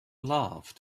love